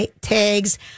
tags